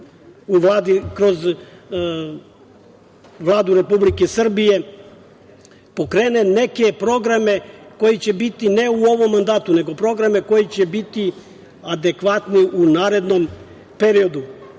kroz Vladu Republike Srbije pokrene neke programe koji će biti ne u ovom mandatu, nego programe koji će biti adekvatni u narednom periodu?